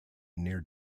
near